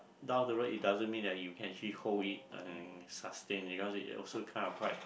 down the road it doesn't mean that you can actually hold it and sustain because it also kind of quite